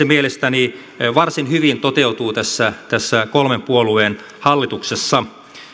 mielestäni varsin hyvin toteutuu tässä tässä kolmen puolueen hallituksessa